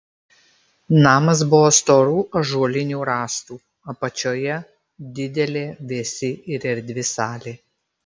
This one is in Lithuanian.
namas buvo storų ąžuolinių rąstų apačioje didelė vėsi ir erdvi salė